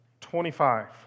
25